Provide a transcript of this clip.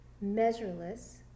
measureless